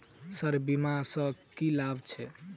Sir बीमा सँ की लाभ छैय?